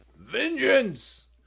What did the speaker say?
vengeance